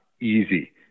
easy